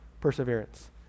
perseverance